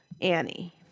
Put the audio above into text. Annie